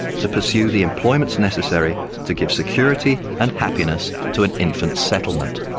to pursue the employments necessary to give security and happiness to an infant settlement'.